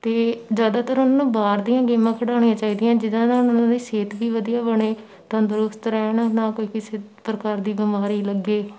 ਅਤੇ ਜ਼ਿਆਦਾਤਰ ਉਹਨਾਂ ਨੂੰ ਬਾਹਰ ਦੀਆਂ ਗੇਮਾਂ ਖਿਡਾਉਣੀਆਂ ਚਾਹੀਦੀਆਂ ਜਿਹਨਾ ਨਾਲ ਉਹਨਾਂ ਦੀ ਸਿਹਤ ਵੀ ਵਧੀਆ ਬਣੇ ਤੰਦਰੁਸਤ ਰਹਿਣ ਨਾ ਕੋਈ ਕਿਸੇ ਪ੍ਰਕਾਰ ਦੀ ਬਿਮਾਰੀ ਲੱਗੇ